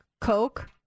coke